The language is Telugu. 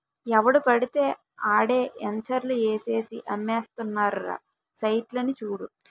ఎవడు పెడితే ఆడే ఎంచర్లు ఏసేసి అమ్మేస్తున్నారురా సైట్లని చూడు